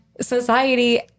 society